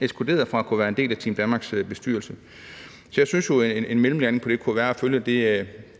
ekskluderet fra at kunne være en del af Team Danmarks bestyrelse. Så jeg synes, at en mellemlanding på det kunne være at følge